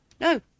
no